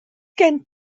gen